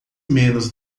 menos